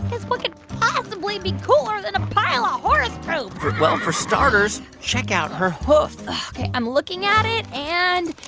cause what could possibly be cooler than a pile of ah horse poop? well, for starters, check out her hoof ok. i'm looking at it. and